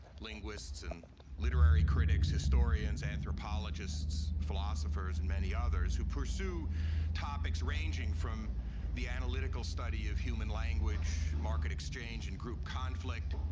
linguists and literary critics, historians, anthropologists, philosophers, and many others, who pursue topics ranging from the analytical study of human language, market exchange and group conflict,